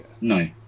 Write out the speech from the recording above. No